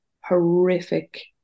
horrific